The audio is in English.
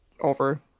over